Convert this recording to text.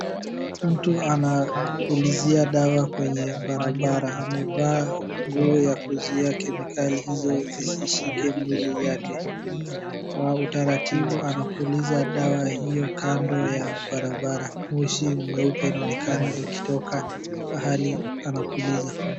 Mtu anapulizia dawa kwenye barabara. Amevaa nguo ya kuzuia kemikali hizo zisishike mwili yake. Kwa utaratibu anapuliza dawa hiyo kando ya barabara moshi nyeupe inaonekana ikoitoka ihali anapuliza.